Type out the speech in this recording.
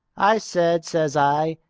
i said, says i,